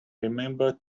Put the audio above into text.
remember